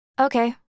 Okay